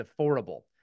affordable